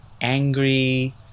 angry